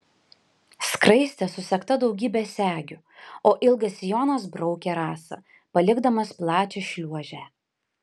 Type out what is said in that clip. skraistė susegta daugybe segių o ilgas sijonas braukė rasą palikdamas plačią šliuožę